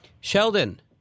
Sheldon